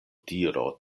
diro